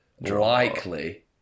likely